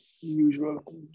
usual